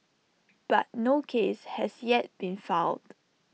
but no case has yet been filed